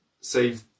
save